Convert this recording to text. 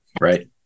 Right